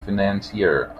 financier